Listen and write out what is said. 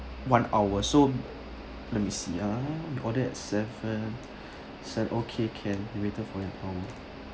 one hour so let me see ah you ordered at seven seven okay can you waited for your